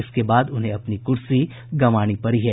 इसके बाद उन्हें अपनी कुर्सी गंवानी पड़ी है